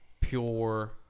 pure